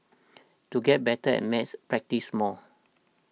to get better at maths practise more